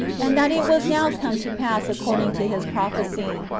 and that it was now come to pass according to his prophecy.